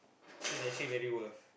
so it's actually very worth